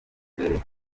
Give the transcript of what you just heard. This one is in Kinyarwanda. iperereza